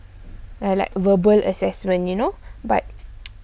like verbal assessments you know but